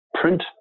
print